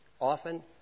often